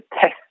test